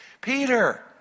Peter